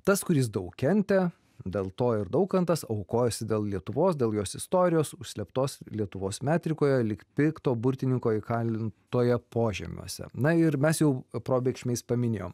tas kuris daug kentė dėl to ir daukantas aukojosi dėl lietuvos dėl jos istorijos užslėptos lietuvos metrikoje lyg pikto burtininko įkalintoje požemiuose na ir mes jau probėgšmiais paminėjom